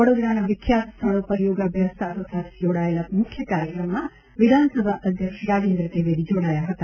વડોદરાના વિખ્યાત સ્થળો ઉપર યોગાભ્યાસ સાથોસાથ યોજાયેલા મુખ્ય કાર્યક્રમમાં વિધાનસભા અધ્યક્ષ રાજેન્દ્ર ત્રિવેદી જોડાયા હતા